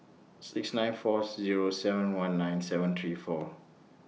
six nine four Zero seven one nine seven three four